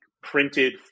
printed